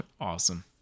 Awesome